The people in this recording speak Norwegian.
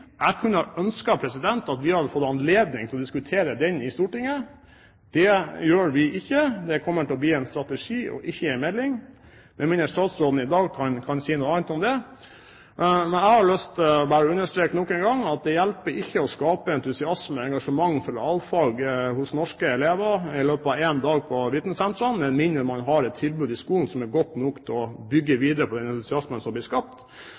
Jeg kunne ønsket at vi hadde fått anledning til å diskutere den i Stortinget. Det gjør vi ikke. Det kommer til å forbli en strategi, ikke en melding, med mindre statsråden i dag kan si noe annet om det. Jeg har lyst til å understreke nok en gang at det hjelper ikke å skape entusiasme og engasjement for realfag hos norske elever i løpet av én dag på et vitensenter med mindre man har et tilbud i skolen som er godt nok til å bygge videre på den entusiasme som har blitt skapt.